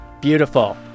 Beautiful